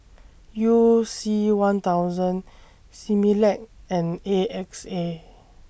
YOU C one thousand Similac and A X A